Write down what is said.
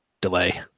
delay